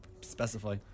specify